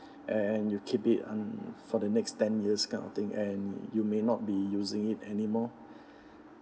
and you keep it uh for the next ten years kind of thing and you may not be using it anymore